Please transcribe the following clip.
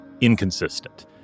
inconsistent